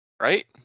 right